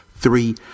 Three